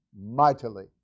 mightily